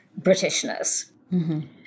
Britishness